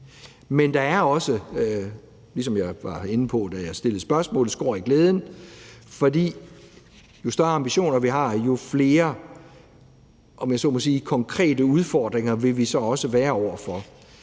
Men der er også, som jeg var inde på, da jeg stillede spørgsmålet, skår i glæden, for jo større ambitioner, vi har, jo flere konkrete udfordringer, om jeg så må sige, vi